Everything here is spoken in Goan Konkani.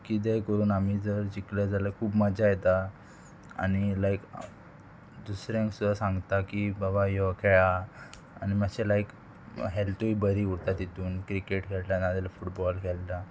कितेंय करून आमी जर जिखले जाल्यार खूब मजा येता आनी लायक दुसऱ्यांक सुद्दां सांगता की बाबा यो खेळा आनी मातशे लायक हेल्थूय बरी उरता तितून क्रिकेट खेळटा नाजाल्यार फुटबॉल खेळटा